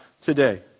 today